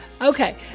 Okay